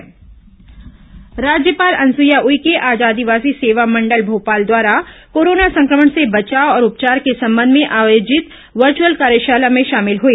राज्यपाल वर्चुअल कार्यशाला राज्यपाल अनुसुईया उइके आज आदिवासी सेवा मंडल भोपाल द्वारा कोरोना संक्रमण से बचाव और उपचार के संबंध में आयोजित वर्चअल कार्यशाला में शामिल हुई